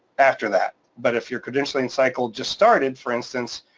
after that but if your credentialing cycle just started, for instance,